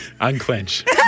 Unclench